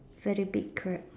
very big crab